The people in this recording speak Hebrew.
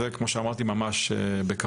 כמו שאמרתי, זה ממש בקרוב.